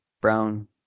brown